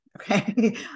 Okay